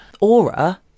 aura